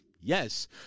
Yes